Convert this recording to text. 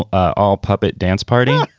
all puppet dance party.